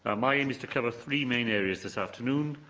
ah my aim is to cover three main areas this afternoon.